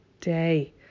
day